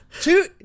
two